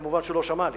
כמובן לא שמע לי,